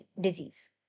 disease